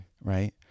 right